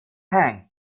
hanged